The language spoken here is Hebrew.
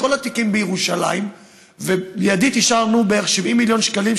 הקדמנו את כל התיקים בירושלים ומיידית אישרנו בערך 70 מיליון שקלים,